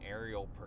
aerial